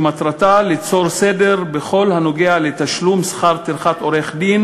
שמטרתה ליצור סדר בכל הנוגע לתשלום שכר טרחת עורך-דין